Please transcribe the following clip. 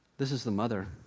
this is the mother.